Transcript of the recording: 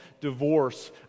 divorce